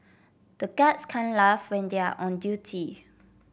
the guards can't laugh when they are on duty